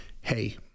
Hey